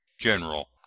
General